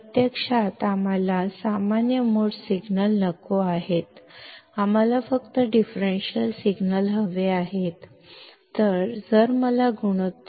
ವಾಸ್ತವದಲ್ಲಿ ನಾವು common mode ಸಿಗ್ನಲ್ಗಳನ್ನು ಬಯಸುವುದಿಲ್ಲ ನಾವು ಡಿಫರೆನ್ಷಿಯಲ್ ಸಿಗ್ನಲ್ಗಳನ್ನು ಮಾತ್ರ ಬಯಸುತ್ತೇವೆ